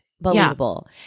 Believable